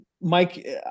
Mike